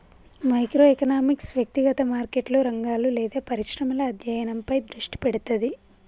micro economics వ్యక్తిగత మార్కెట్లు, రంగాలు లేదా పరిశ్రమల అధ్యయనంపై దృష్టి పెడతది